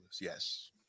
Yes